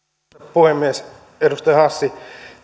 puhemies edustaja hassi